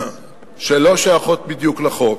שלא שייכות בדיוק לחוק.